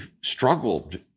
struggled